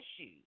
issues